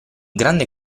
grande